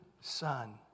son